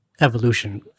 evolution